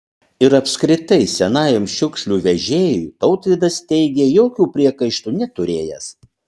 ir apskritai senajam šiukšlių vežėjui tautvydas teigė jokių priekaištų neturėjęs